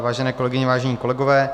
Vážené kolegyně, vážení kolegové.